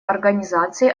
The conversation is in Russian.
организации